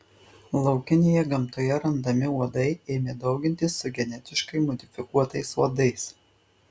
laukinėje gamtoje randami uodai ėmė daugintis su genetiškai modifikuotais uodais